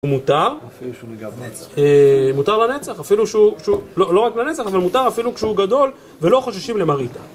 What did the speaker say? הוא מותר, מותר לנצח, אפילו שהוא, לא רק לנצח, אבל מותר אפילו כשהוא גדול ולא חוששים למראית ה...